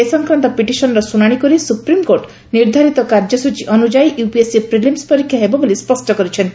ଏ ସଂକ୍ରାନ୍ତ ପିଟିସନ୍ର ଶୁଶାଶି କରି ସୁପ୍ରିମ୍କୋର୍ଟ' ନିର୍ଦ୍ଧାରିତ କାର୍ଯ୍ୟଟୀ ଅନୁଯାୟୀ ୟୁପିଏସ୍ସି ପ୍ରିଲିମ୍ ପରୀକ୍ଷା ହେବ ବୋଲି ସ୍ୱଷ କରିଛନ୍ତି